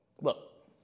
Look